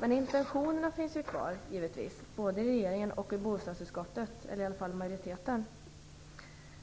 Men intentionerna finns givetvis kvar, både i regeringen och hos bostadsutskottets majoritet.